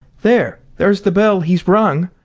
there! there's the bell. he's rung.